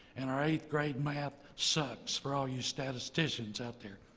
and our eighth grade math sucks, for all you statisticians out there.